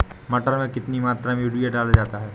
मटर में कितनी मात्रा में यूरिया डाला जाता है?